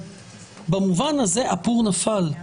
אבל במובן הזה הפור נפל.